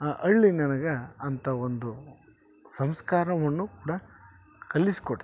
ಆ ಹಳ್ಳಿ ನನಗೆ ಅಂತ ಒಂದು ಸಂಸ್ಕಾರವನ್ನು ಕೂಡ ಕಲಿಸ್ಕೊಡ್ತು